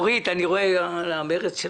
אם זה היה תלוי בי הייתי מכניס את